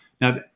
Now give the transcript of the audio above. Now